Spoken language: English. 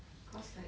cause like